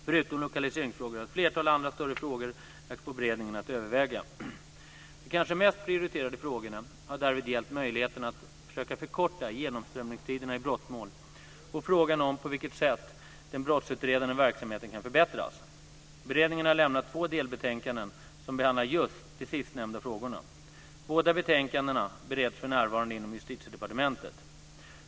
Förutom lokaliseringsfrågor har ett flertal andra större frågor lagts på beredningen att överväga. De kanske mest prioriterade frågorna har därvid gällt möjligheterna att försöka förkorta genomströmningstiderna i brottmål och frågan om på vilket sätt den brottsutredande verksamheten kan förbättras. Beredningen har lämnat två delbetänkanden som behandlar just de sistnämnda frågorna. Båda betänkandena bereds för närvarande inom Justitiedepartementet.